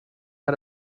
how